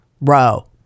Bro